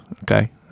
okay